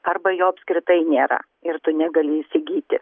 arba jo apskritai nėra ir tu negali įsigyti